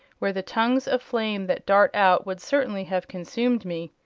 where the tongues of flame that dart out would certainly have consumed me.